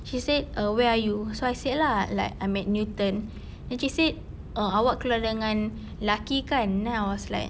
she said err where are you so I said lah like I'm at newton then she said err awak keluar dengan lelaki kan then I was like